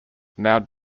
now